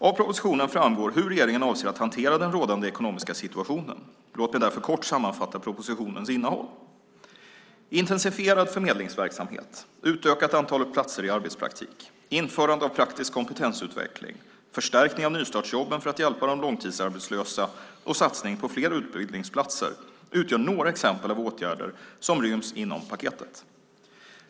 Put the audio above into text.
Av propositionen framgår hur regeringen avser att hantera den rådande ekonomiska situationen. Låt mig därför kort sammanfatta propositionens innehåll. Intensifierad förmedlingsverksamhet, utökat antal platser i arbetspraktik, införande av praktisk kompetensutveckling, förstärkning av nystartsjobben för att hjälpa de långtidsarbetslösa och satsning på fler utbildningsplatser utgör några exempel på åtgärder som ryms inom paketet.